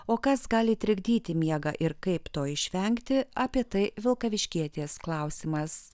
o kas gali trikdyti miegą ir kaip to išvengti apie tai vilkaviškietės klausimas